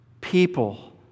people